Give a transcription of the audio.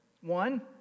One